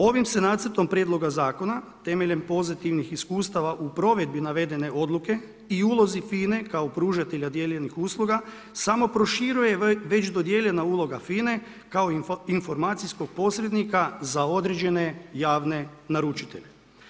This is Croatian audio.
Ovim se nacrtom prijedloga zakona, temeljem pozitivnih iskustava u provedbi navedene odluke i ulozi FINA-e kao pružatelja dijeljenih usluga, samo proširuje već dodijeljena uloga FINA-e kao informacijskog posrednika za određene javne naručitelje.